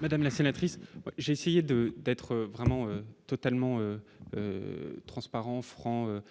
Madame la sénatrice, j'ai essayé de d'être vraiment totalement transparents, francs